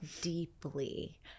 deeply